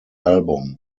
album